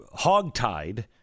hogtied